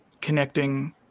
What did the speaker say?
connecting